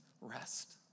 rest